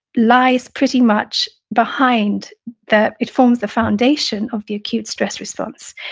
lies pretty much behind the, it forms the foundation of the acute stress response.